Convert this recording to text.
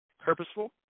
purposeful